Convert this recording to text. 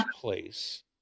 Place